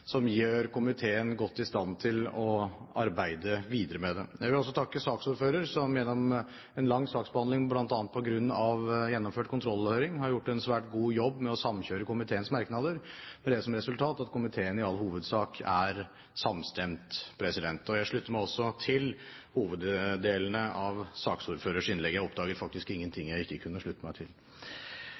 som gjør komiteen godt i stand til å arbeide videre med dette. Jeg vil også takke saksordføreren, som gjennom en lang saksbehandling, bl.a. på grunn av gjennomført kontrollhøring, har gjort en svært god jobb med å samkjøre komiteens merknader, med det som resultat at komiteen i all hovedsak er samstemt. Jeg slutter meg også til hoveddelene av saksordførerens innlegg. Jeg oppdaget faktisk ingen ting som jeg ikke kunne slutte meg til.